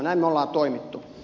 näin on toimittu